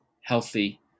healthy